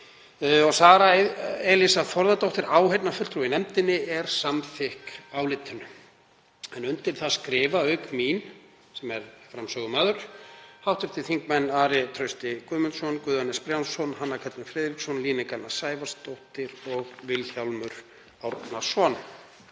þm. Sara Elísa Þórðardóttir, áheyrnarfulltrúi í nefndinni, er samþykk álitinu. Undir það skrifa auk mín, sem er framsögumaður, hv. þingmenn Ari Trausti Guðmundsson, Guðjón S. Brjánsson, Hanna Katrín Friðriksson, Líneik Anna Sævarsdóttir og Vilhjálmur Árnason.